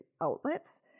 outlets